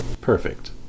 Perfect